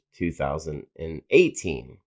2018